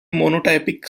monotypic